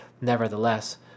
Nevertheless